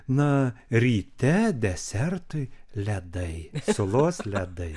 na ryte desertui ledai sulos ledai